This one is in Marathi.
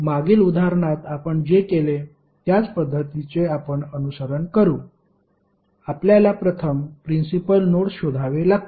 मागील उदाहरणात आपण जे केले त्याच पद्धतीचे आपण अनुसरण करू आपल्याला प्रथम प्रिन्सिपल नोड्स शोधावे लागतील